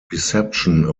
reception